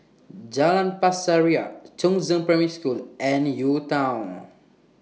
Jalan Pasir Ria Chongzheng Primary School and UTown